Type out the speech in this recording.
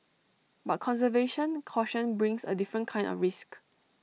but conservation caution brings A different kind of risk